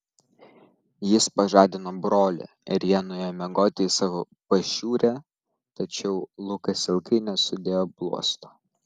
jis pažadino brolį ir jie nuėjo miegoti į savo pašiūrę tačiau lukas ilgai nesudėjo bluosto